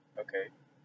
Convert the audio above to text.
okay